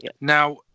now